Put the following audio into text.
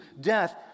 death